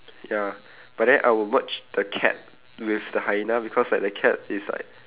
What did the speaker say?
ya but then I would merge the cat with the hyena because like the cat is like